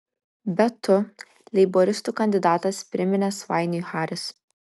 bet tu leiboristų kandidatas priminė svainiui haris